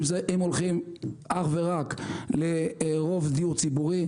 ואם הולכים אך ורק לרוב דיור ציבורי,